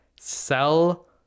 sell